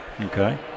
Okay